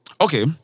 Okay